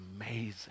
amazing